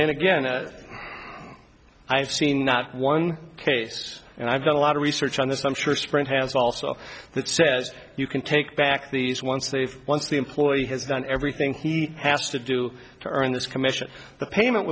and again i've seen not one case and i've got a lot of research on this i'm sure sprint has also that says you can take back these once they've once the employee has done everything he has to do to earn this commission the payment